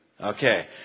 Okay